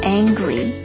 angry